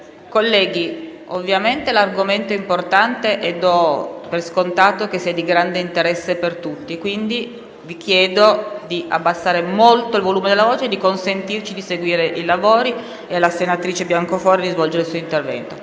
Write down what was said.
Colleghi, ovviamente l'argomento è importante e do per scontato che sia di grande interesse per tutti. Quindi vi chiedo di abbassare molto il volume della voce e di consentire a noi di seguire i lavori e alla senatrice Biancofiore di svolgere il suo intervento.